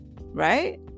right